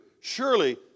Surely